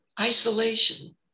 isolation